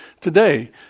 today